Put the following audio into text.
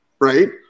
right